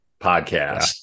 podcast